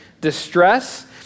distress